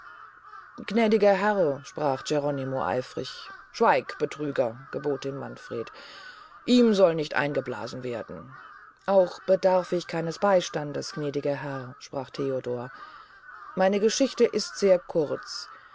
gnädiger herr sprach geronimo eifrig schweig betrüger gebot ihm manfred ihm soll nicht eingeblasen werden auch bedarf ich keines beystandes gnädiger herr sprach theodor meine geschichte ist sehr kurz